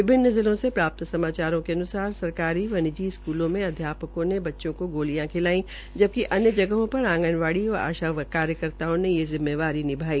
विभिन्न जिलों से प्राप्त् समाचारों के अनुसार सरकारी व निजी स्कूलों में अध्यापकों ने बच्चों की गोलियां खिलाई जबकि अन्य जगहों पर आंगनवाड़ी व आशा कार्यकर्ताताओं ने ये जिम्मेवारी निभाई